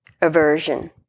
aversion